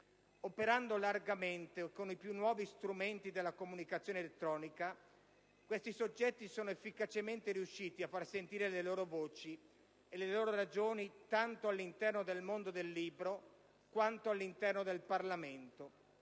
Operando largamente con i più nuovi strumenti della comunicazione elettronica, questi soggetti sono efficacemente riusciti a far sentire le loro voci e le loro ragioni tanto all'interno del mondo del libro quanto all'interno del Parlamento.